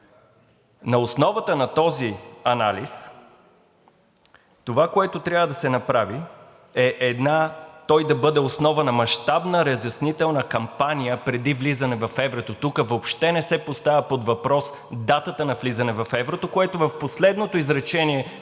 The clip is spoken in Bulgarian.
„На основата на този анализ това, което трябва да се направи, е той да бъде основа на мащабна разяснителна кампания преди влизане в еврото.“ Тук въобще не се поставя под въпрос датата на влизане в еврото, което е в последното изречение